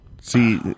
see